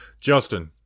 Justin